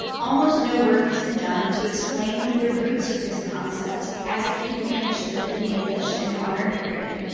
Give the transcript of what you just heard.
almost no work has been done to explain the roots of this concept as it came to be understood in english in the modern period.